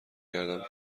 کردم